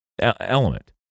element